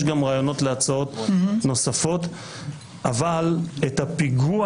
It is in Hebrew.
יש רעיונות להצעות נוספות אבל את הפיגוע